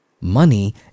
Money